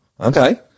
Okay